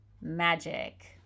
Magic